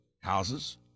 houses